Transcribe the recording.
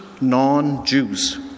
non-Jews